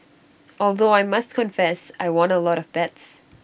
although I must confess I won A lot of bets